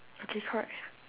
okay correct